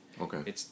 Okay